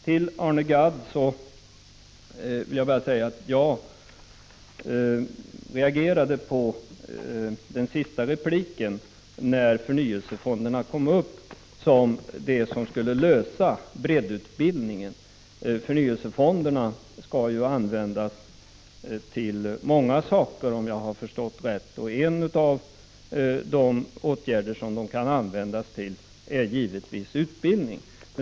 Till Arne Gadd vill jag bara säga att jag reagerade när det sades att förnyelsefonderna skulle komma att lösa frågan om breddutbildningen. Förnyelsefonderna skall användas till många saker, om jag har förstått det rätt, och det kan givetvis bli fråga om utbildning.